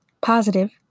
positive